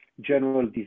general